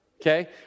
Okay